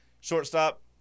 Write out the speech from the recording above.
shortstop